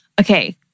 Okay